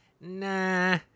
nah